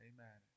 Amen